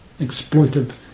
exploitive